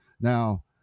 Now